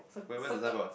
wait where's the signboard